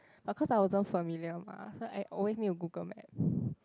but cause I wasn't familiar mah so I always need to Google maps